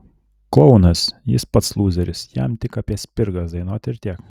klounas jis pats lūzeris jam tik apie spirgas dainuot ir tiek